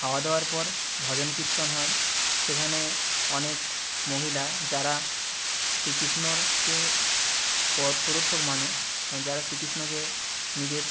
খাওয়া দাওয়ার পর ভজন কীর্তন হয় সেখানে অনেক মহিলা যারা শ্রীকৃষ্ণকে পথ প্রদর্শক মানে যারা শ্রীকৃষ্ণকে নিজের